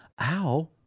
ow